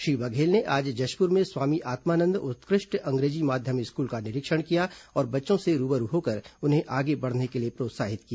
श्री बघेल ने आज जशपुर में स्वामी आत्मानंद उत्कृष्ट अंग्रेजी माध्यम स्कूल का निरीक्षण किया और बच्चों से रूबरू होकर उन्हें आगे बढ़ने के लिए प्रोत्साहित किया